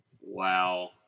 Wow